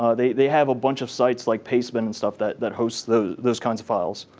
ah they they have a bunch of sites like pastebin and stuff that that host those those kinds of files.